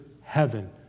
heaven